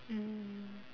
mm